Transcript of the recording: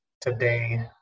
today